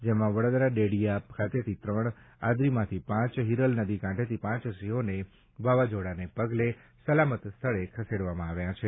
જેમાં વડાદરા ડોડીયા ખાતેથી ત્રણ આદરીમાંથી પાંચ હીરલ નદી કાંઠેથી પાંચ સિંહોને વાવાઝોડાને પગલે સલામત સ્થળે ખસેડવામાં આવ્યા છે